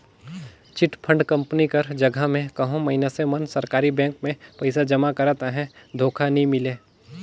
chit fund company कर जगहा में कहों मइनसे मन सरकारी बेंक में पइसा जमा करत अहें धोखा नी मिले